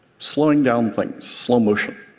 slowing down things slow motion